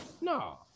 No